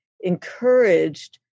encouraged